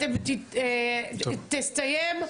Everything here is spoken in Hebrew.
אתה תסיים,